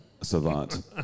savant